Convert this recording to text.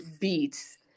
Beats